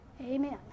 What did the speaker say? amen